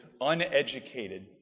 uneducated